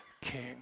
king